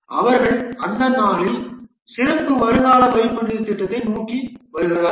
அவர்கள் அந்த நாளில் சிறப்பு வருங்கால வைப்பு நிதி திட்டத்தை நோக்கி வருகிறார்கள்